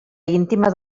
íntima